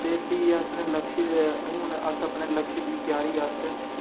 ते फ्ही अपना लक्ष्य अ'ऊं अस अपने लक्ष्य दी त्यारी आस्तै